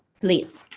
please!